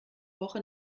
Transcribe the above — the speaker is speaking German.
woche